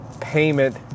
payment